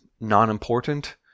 non-important